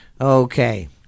Okay